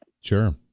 Sure